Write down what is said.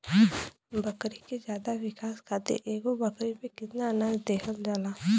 बकरी के ज्यादा विकास खातिर एगो बकरी पे कितना अनाज देहल जाला?